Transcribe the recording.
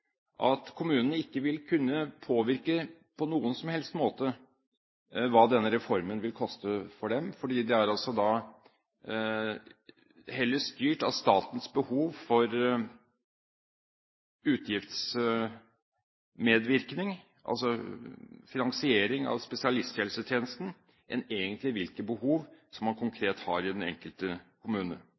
at kommunene ikke vil kunne påvirke på noen som helst måte hva denne reformen vil koste for dem, fordi det heller er styrt av statens behov for utgiftsmedvirkning – altså finansiering av spesialisthelsetjenesten – enn av hvilke behov man egentlig konkret har i den enkelte kommune.